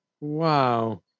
wow